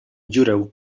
dziurę